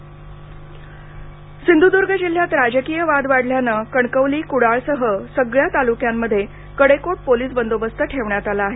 Sindhudurg police बंदोबस्त सिंधूदुर्ग जिल्ह्यात राजकीय वाद वाढल्यानं कणकवली कुडाळसह सगळ्या तालुक्यांमध्ये कडेकोट पोलीस बंदोबस्त ठेवण्यात आला आहे